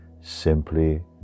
Simply